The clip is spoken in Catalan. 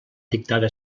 dictada